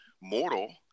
mortal